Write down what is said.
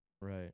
Right